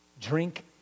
Drink